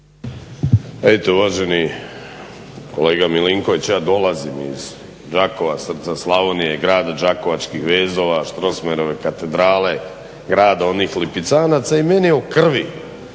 Eto uvaženi kolega Milinković, ja dolazim iz Đakova, srca Slavonije, grad Đakovačkih vezova, Storsmayerove katedrale, grad onih lipicanaca i meni je u krvi